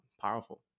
powerful